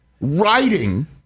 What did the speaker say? writing